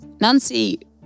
Nancy